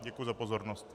Děkuji za pozornost.